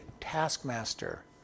taskmaster